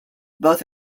both